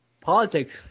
Politics